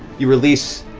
you release,